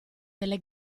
delle